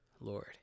Lord